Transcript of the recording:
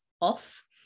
off